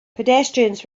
pedestrians